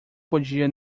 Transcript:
podia